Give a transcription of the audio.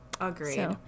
agreed